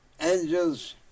angels